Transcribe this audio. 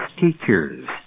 teachers